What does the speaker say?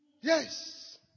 Yes